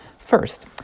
First